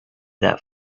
that